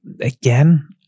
again